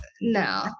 no